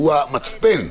הוא המצפן.